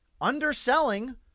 underselling